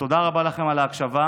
תודה רבה לכם על ההקשבה,